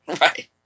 right